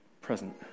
present